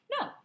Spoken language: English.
No